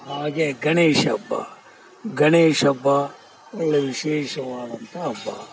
ಹಾಗೆ ಗಣೇಶ ಹಬ್ಬ ಗಣೇಶ ಹಬ್ಬ ಒಳ್ಳೆಯ ವಿಶೇಷವಾದಂಥ ಹಬ್ಬ